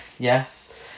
Yes